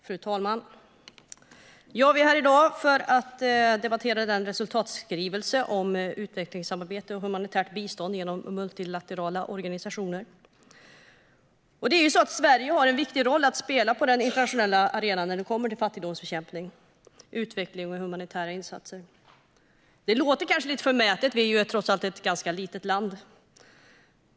Fru talman! Vi är här i dag för att debattera resultatskrivelsen om utvecklingssamarbete och humanitärt bistånd genom multilaterala organisationer. Sverige har en viktig roll att spela på den internationella arenan när det kommer till fattigdomsbekämpning, utveckling och humanitära insatser. Det låter kanske lite förmätet; vi är trots allt ett ganska litet land.